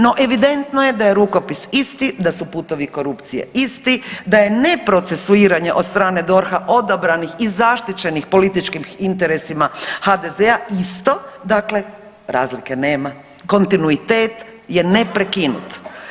No, evidentno je da je rukopis isti da su putovi korupcije isti, da je neprocesuiranje od strane DORH-a odabranih i zaštićenih političkim interesima HDZ-a isto, dakle razlike nema, kontinuitet je ne prekinut.